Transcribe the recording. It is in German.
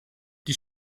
die